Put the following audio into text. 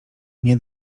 nie